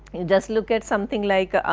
you just look at something like ah ah